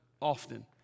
often